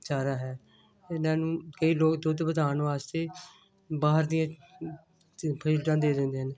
ਚਾਰਾ ਹੈ ਇਹਨਾਂ ਨੂੰ ਕਈ ਲੋਕ ਦੁੱਧ ਵਧਾਉਣ ਵਾਸਤੇ ਬਾਹਰ ਦੀਆਂ ਫੀਡਾਂ ਦੇ ਦਿੰਦੇ ਹਨ